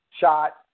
shot